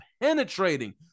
penetrating